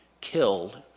killed